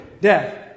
death